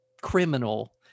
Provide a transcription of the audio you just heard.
criminal